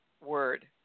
word